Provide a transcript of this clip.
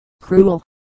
cruel